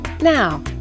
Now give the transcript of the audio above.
Now